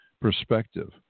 perspective